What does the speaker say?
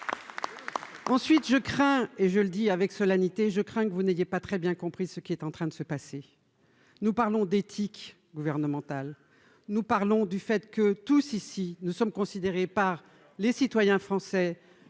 Ensuite je crains et je le dis avec solennité, je crains que vous n'étiez pas très bien compris ce qui est en train de se passer, nous parlons d'éthique gouvernementale, nous parlons du fait que tous ici, nous sommes considérés par les citoyens français